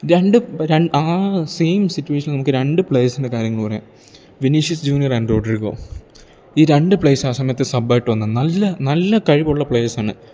രണ്ട് രണ്ട് ആ സെയിം സിറ്റുവേഷൻ നമുക്ക് രണ്ട് പ്ലെയേസിൻറ്റെ കാര്യങ്ങൾ പറയാം വിനീഷ്യസ് ജൂന്യർ ആൻറ്റ് റോഡ്റിഗോ ഈ രണ്ട് പ്ലെയേസുവാ സമയത്ത് സബ്ബായിട്ട് വന്ന നല്ല നല്ല കഴിവ് ഉള്ള പ്ലെയേസാണ്